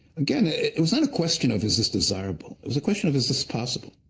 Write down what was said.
again, it it was not a question of is this desirable? it was a question of, is this possible?